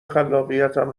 خلاقیتم